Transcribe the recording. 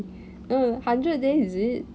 hundred days is it